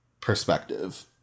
perspective